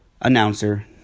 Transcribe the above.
Announcer